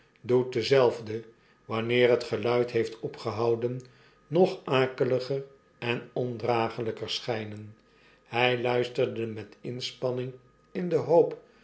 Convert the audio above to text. doet dezelve wanneer het geluid heeft opgehouden nog akeliger en ondragelyker schgnen hi luisterde met inspanning in de hoop